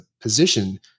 position